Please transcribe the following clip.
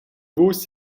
vus